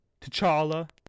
t'challa